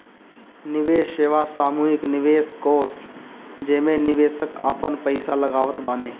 निवेश सेवा सामूहिक निवेश कोष जेमे निवेशक आपन पईसा लगावत बाने